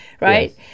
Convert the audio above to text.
Right